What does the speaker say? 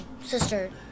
sister